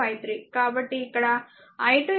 కాబట్టి ఇక్కడ i2 2 i3 ఉంచండి